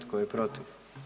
Tko je protiv?